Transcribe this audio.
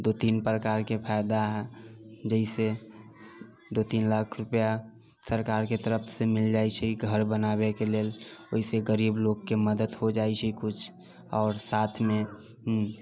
दो तीन प्रकारके फायदा जइसे दू तीन लाख रुपैआ सरकारके तरफसँ मिल जाइ छै घर बनाबैके लेल ओहिसँ गरीब लोकके मदद हो जाइ छै कुछ आओर साथमे हुँ